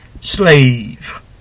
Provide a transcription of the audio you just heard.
slave